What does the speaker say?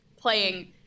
playing